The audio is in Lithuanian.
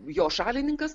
jo šalininkas